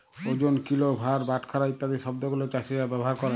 ওজন, কিলো, ভার, বাটখারা ইত্যাদি শব্দ গুলো চাষীরা ব্যবহার ক্যরে